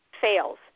fails